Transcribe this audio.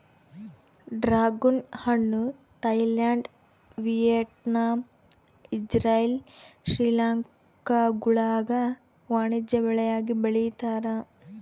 dragon ಹಣ್ಣು Thailand Vietnam Israel ಶ್ರೀಲಂಕಾಗುಳಾಗ ವಾಣಿಜ್ಯ ಬೆಳೆಯಾಗಿ ಬೆಳೀತಾರ